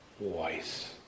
voice